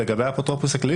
ולגבי האפוטרופוס הכללי,